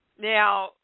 now